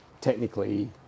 technically